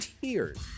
tears